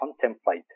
contemplate